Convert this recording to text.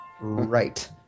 Right